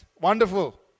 wonderful